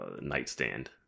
nightstand